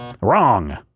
Wrong